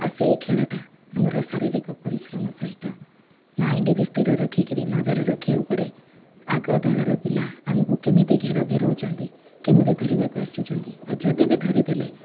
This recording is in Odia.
ଆଉ ସେହି ଖେଳଟା ଆମର ଶାରୀରିକ ପରିଶ୍ରମ ସହିତ ମାଇଣ୍ଡ ବି ସ୍ଥିର ରଖିକରି ନଜର ରଖିବାକୁ ପଡ଼େ ଆଗ ଦଳର ପିଲା ଆମକୁ କେମିତି ଘେର ଘେରାଉଛନ୍ତି କେମିତି ଧରିବାକୁ ଆସୁଛିନ୍ତି ଆଉ ଯଦି ବି ଧରିଦେଲେ